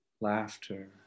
laughter